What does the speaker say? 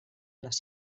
les